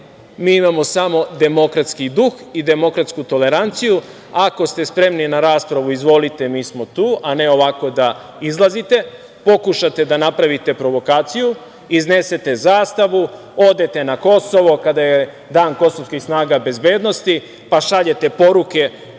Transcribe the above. mi imamo samo demokratski duh i demokratsku toleranciju ako ste spremni na raspravu, izvolite, mi smo to, a ne ovako da izlazite, pokušate da napravite provokaciju, iznesete zastavu, odete na Kosovo kada je dan kosovskih snaga i bezbednosti, pa šaljete poruke kako